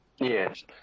Yes